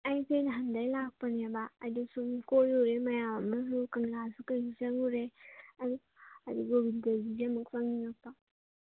ꯑꯩꯁꯦ ꯅꯍꯥꯟꯗꯩ ꯂꯥꯛꯄꯅꯦꯕ ꯑꯗꯨ ꯁꯨꯝ ꯀꯣꯏꯔꯨꯔꯦ ꯃꯌꯥꯝ ꯑꯃꯁꯨ ꯀꯪꯂꯥ ꯀꯩꯁꯨ ꯆꯪꯉꯨꯔꯦ ꯑꯩ ꯒꯣꯕꯤꯟꯗꯖꯤꯁꯦ ꯑꯃꯨꯛ ꯆꯪꯅꯤꯡꯉꯛꯄ